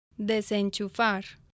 Desenchufar